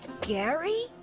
Gary